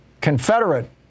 Confederate